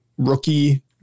rookie